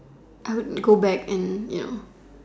I would go back and you know